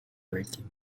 worthy